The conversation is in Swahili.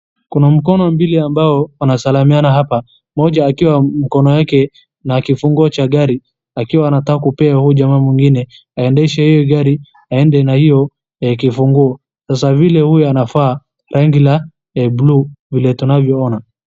Kuna mkono mbili ambayo wanasalimiana mmoja akiwa mkono yake na kifunguo cha gari akiwa anataka kupee huyu jamaa mwingine aendeshe hii gari. Aende na hiyo kifunguo. Sasa vile huyu anavaa koti la bluu vile tunavyo ona.